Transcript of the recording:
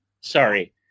sorry